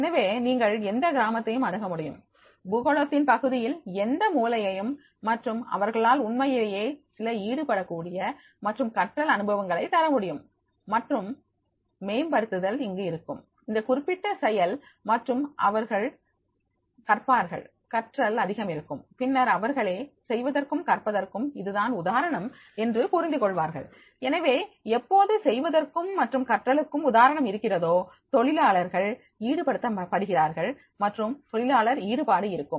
எனவே நீங்கள் எந்த கிராமத்தையும் அணுகமுடியும் பூகோளத்தின் பகுதியில் எந்த மூலையையும் மற்றும் அவர்களால் உண்மையிலேயே சில ஈடுபடக்கூடிய மற்றும் கற்றல் அனுபவங்களை தரமுடியும் மற்றும் மேம்படுத்துதல் இங்கு இருக்கும் இந்த குறிப்பிட்ட செயல் மற்றும் அவர்கள் கற்பார்கள் கற்றல் அதிகம் இருக்கும் பின்னர் அவர்களே செய்வதற்கும் கற்பதற்கும் இதுதான் உதாரணம் என்று தெரிந்துகொள்வார்கள் எனவே எப்போது செய்வதற்கும் மற்றும் கற்றலுக்கும் உதாரணம் இருக்கிறதோ தொழிலாளர்கள் ஈடுபடுத்தப்படுகிறார்கள் மற்றும் தொழிலாளர் ஈடுபாடு இருக்கும்